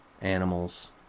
animals